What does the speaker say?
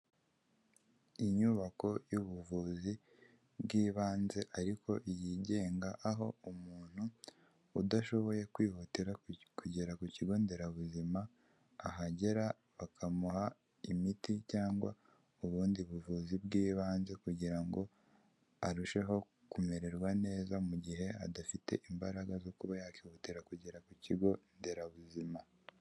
Inyubako y'ubuvuzi bw'ibanze ariko yigenga, aho umuntu udashoboye kwihutira kugera ku kigo nderabuzima ahagera bakamuha imiti cyangwa ubundi buvuzi bw'ibanze, kugira ngo arusheho kumererwa neza mu gihe adafite imbaraga zo kuba yakihutira kugera ku kigo nderabuzima.